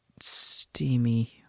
steamy